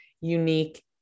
unique